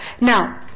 Now